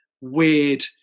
weird